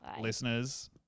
listeners